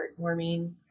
heartwarming